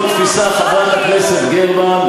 חברת הכנסת גרמן,